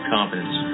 Confidence